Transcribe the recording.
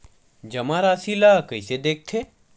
जमा राशि ला कइसे देखथे?